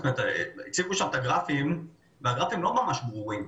הציגו שם את הגרפים והגרפים לא ממש ברורים,